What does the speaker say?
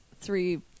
three